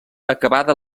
acabada